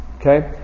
Okay